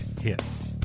Hits